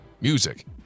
music